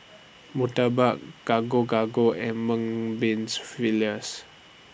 Murtabak Gado Gado and Mung Beans Fritters